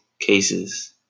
cases